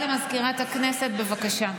הודעה לסגנית מזכיר הכנסת, בבקשה.